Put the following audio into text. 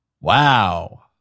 Wow